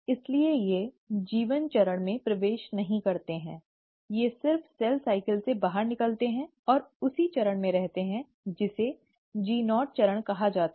इसलिए ये G1 चरण में भी प्रवेश नहीं करती हैं ये सिर्फ सेल साइकिल से बाहर निकलती हैं और उसी चरण में रहती हैं जिसे G0 चरण कहा जाता है